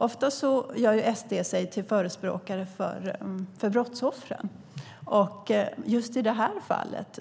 Ofta gör SD sig till förespråkare för brottsoffren, men just i det här fallet